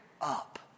up